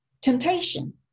temptation